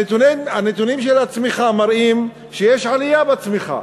הנתונים של הצמיחה מראים שיש עלייה בצמיחה,